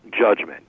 judgment